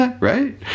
right